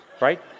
right